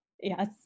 Yes